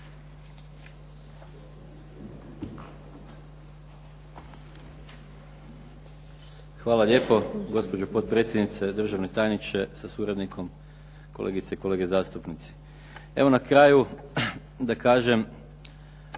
Hvala lijepo. Gospođo potpredsjednice, državni tajniče sa suradnikom, kolegice i kolege zastupnici. Evo, na kraju da kažem